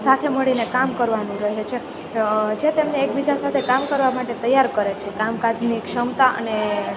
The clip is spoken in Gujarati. સાથે મળીને કામ કરવાનું રહે છે જે તેમને એકબીજા સાથે કામ કરવા માટે તૈયાર કરે છે કામકાજની ક્ષમતા અને